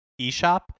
eShop